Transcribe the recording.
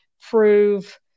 prove